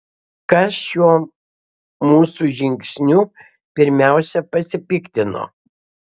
kas šiuo mūsų žingsniu pirmiausia pasipiktino